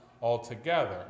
altogether